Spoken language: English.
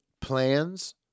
plans